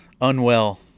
Unwell